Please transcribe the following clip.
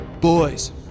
Boys